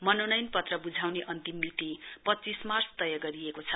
मनोनयन पत्र बुझाउने अन्तिम मिति पच्चीस मार्च तय गरिएको छ